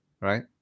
right